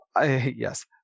yes